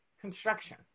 construction